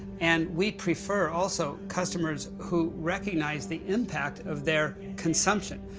and we prefer also customers who recognize the impact of their consumption.